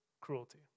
cruelty